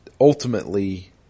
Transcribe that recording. ultimately